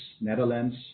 Netherlands